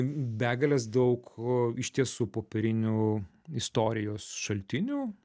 begalės daug iš tiesų popierinių istorijos šaltinių